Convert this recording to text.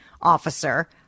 officer